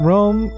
Rome